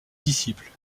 disciples